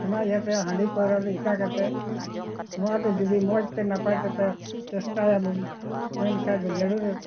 ᱚᱱᱟ ᱤᱭᱟᱹᱛᱮ ᱦᱟᱺᱰᱤ ᱯᱟᱹᱣᱨᱟᱹ ᱫᱚ ᱤᱠᱟᱹ ᱠᱟᱛᱮ ᱱᱚᱣᱟ ᱫᱚ ᱡᱩᱫᱤ ᱢᱚᱡᱽ ᱛᱮ ᱱᱟᱯᱟᱭ ᱛᱮᱯᱮ ᱪᱮᱥᱴᱟᱭᱟᱵᱚᱱ ᱢᱮᱱᱠᱷᱟᱡ ᱫᱚ ᱡᱟᱹᱨᱩᱲ